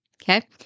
Okay